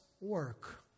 work